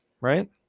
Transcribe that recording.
right